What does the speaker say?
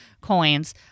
coins